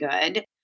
good